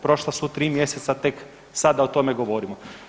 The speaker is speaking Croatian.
Prošla su tri mjeseca, tek sada o tome govorimo.